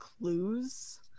clues